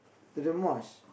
to the mosque